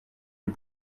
les